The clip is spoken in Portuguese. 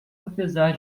apesar